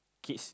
kids